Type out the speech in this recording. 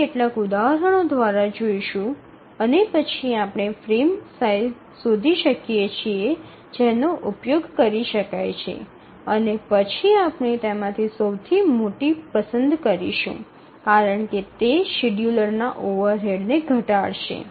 આપણે કેટલાક ઉદાહરણો દ્વારા જોશું અને પછી આપણે ફ્રેમ સાઇઝ શોધી શકીએ છીએ જેનો ઉપયોગ કરી શકાય છે અને પછી આપણે તેમાંથી સૌથી મોટી પસંદ કરીશું કારણ કે તે શેડ્યૂલરના ઓવરહેડને ઘટાડશે